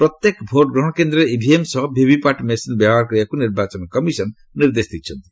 ପ୍ରତ୍ୟେକ ଭୋଟ୍ଗ୍ରହଣ କେନ୍ଦ୍ରରେ ଇଭିଏମ୍ ସହ ଭିଭିପାଟ୍ ମେସିନ୍ ବ୍ୟବହାର କରିବାକୁ ନିର୍ବାଚନ କମିସନ ନିର୍ଦ୍ଦେଶ ଦେଇଛନ୍ତି